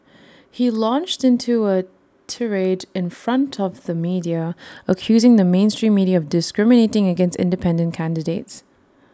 he launched into A tirade in front of the media accusing the mainstream media of discriminating against independent candidates